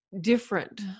different